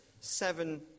seven